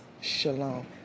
Shalom